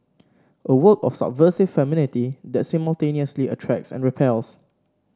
a work of subversive femininity that simultaneously attracts and repels